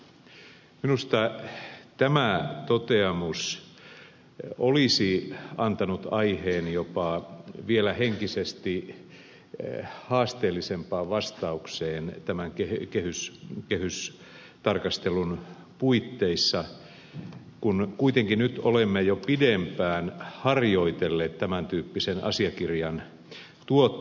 minusta tämä toteamus olisi antanut aiheen jopa vielä henkisesti haasteellisempaan vastaukseen tämän kehystarkastelun puitteissa kun kuitenkin nyt olemme jo pidempään harjoitelleet tämän tyyppisen asiakirjan tuottamista